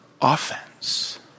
offense